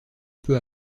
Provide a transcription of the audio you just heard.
peu